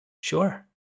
Sure